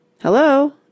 Hello